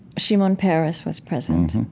shimon peres was present,